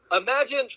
Imagine